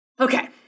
Okay